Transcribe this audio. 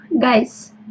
guys